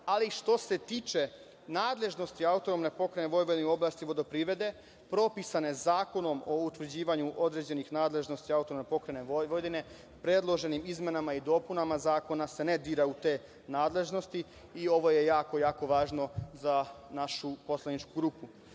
ali što se tiče nadležnosti AP Vojvodine u oblasti vodoprivrede, propisane Zakonom o utvrđivanju određenih nadležnosti AP Vojvodine, predloženim izmenama i dopunama Zakona se ne dira u te nadležnosti. Ovo je jako, jako važno za našu poslaničku grupu.